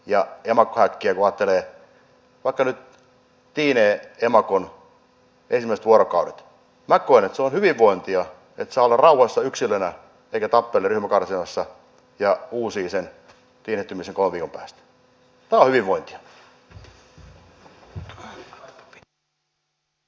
ja emakkohäkkiä kun ajattelee vaikka nyt tiineen emakon ensimmäisiä vuorokausia minä koen että se on hyvinvointia että saa olla rauhassa yksilönä sen sijaan että tappelee ryhmäkarsinassa ja uusii sen tiinehtymisen kolmen viikon päästä